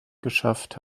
geschafft